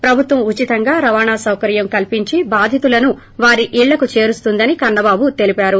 ప్రభుత్వం ఉచితంగా రవాణా సాకర్యం కల్పించి బాధితులను వారి ఇళ్లకు చేరుస్తుందని కన్నాబాబు తెలిపారు